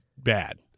bad